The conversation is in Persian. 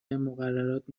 مقررات